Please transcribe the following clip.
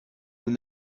nous